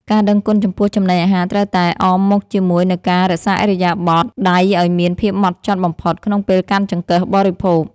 ការដឹងគុណចំពោះចំណីអាហារត្រូវតែអមមកជាមួយនូវការរក្សាឥរិយាបថដៃឱ្យមានភាពហ្មត់ចត់បំផុតក្នុងពេលកាន់ចង្កឹះបរិភោគ។